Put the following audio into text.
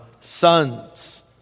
sons